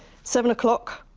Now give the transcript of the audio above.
seven o'clock,